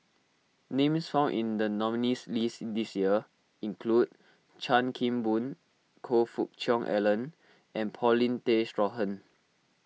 names found in the nominees' list this year include Chan Kim Boon Choe Fook Cheong Alan and Paulin Tay Straughan